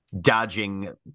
Dodging